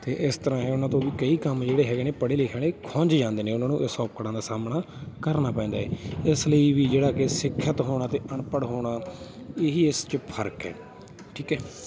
ਅਤੇ ਇਸ ਤਰ੍ਹਾਂ ਉਹਨਾਂ ਤੋਂ ਵੀ ਕਈ ਕੰਮ ਜਿਹੜੇ ਹੈਗੇ ਨੇ ਪੜ੍ਹੇ ਲਿਖਿਆਂ ਲਈ ਖੁੰਝ ਜਾਂਦੇ ਨੇ ਉਹਨਾਂ ਨੂੰ ਇਸ ਔਕੜਾਂ ਦਾ ਸਾਹਮਣਾ ਕਰਨਾ ਪੈਂਦਾ ਇਸ ਲਈ ਵੀ ਜਿਹੜਾ ਕਿ ਸਿੱਖਿਅਤ ਹੋਣਾ ਅਤੇ ਅਨਪੜ੍ਹ ਹੋਣਾ ਇਹੀ ਇਸ 'ਚ ਫਰਕ ਹੈ ਠੀਕ ਹੈ